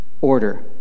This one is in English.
order